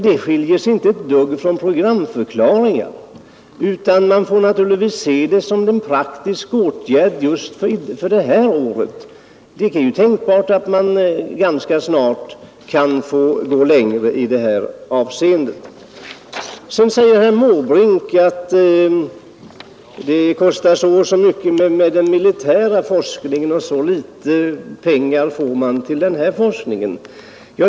Det skiljer sig inte ett dugg från programförklaringar, utan man får naturligtvis se det som en praktisk åtgärd just för det här året. Det är ju tänkbart att man ganska snart kan få gå längre i det här avseendet. Herr Måbrink säger att den militära forskningen kostar så och så Nr 66 mycket och så litet pengar får man till den här forskningen.